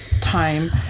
time